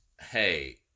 hey